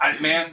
Man